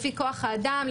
לפי כוח האדם,